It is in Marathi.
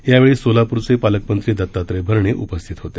यावेळी सोलापूरचे पालकमंत्री दत्तात्रय भरणे उपस्थित होते